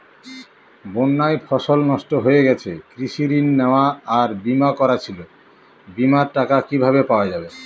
বন্যায় ফসল নষ্ট হয়ে গেছে কৃষি ঋণ নেওয়া আর বিমা করা ছিল বিমার টাকা কিভাবে পাওয়া যাবে?